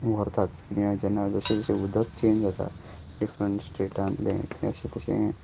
व्हरताच किद्या जेन्ना जशें जशें उदक चेंज जाता डिफरंट स्टेटांतलें तें अशें तशें